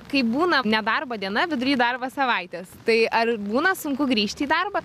kai būna nedarbo diena vidury darbo savaitės tai ar būna sunku grįžti į darbą